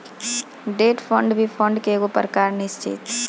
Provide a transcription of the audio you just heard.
debt fund भी fund के एगो प्रकार निश्चित